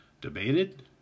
debated